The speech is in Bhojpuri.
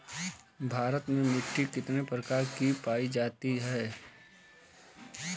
भारत में मिट्टी कितने प्रकार की पाई जाती हैं?